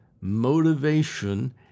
motivation